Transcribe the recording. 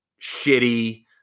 shitty